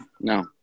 No